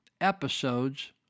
episodes